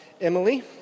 Emily